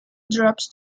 drops